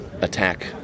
attack